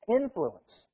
influence